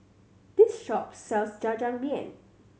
this shop sells Jajangmyeon